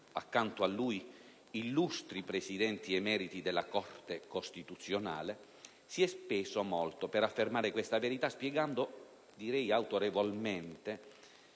accanto a lui illustri Presidenti emeriti della Corte costituzionale), si è speso molto per affermare questa verità, spiegando - direi autorevolmente